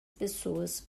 pessoas